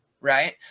right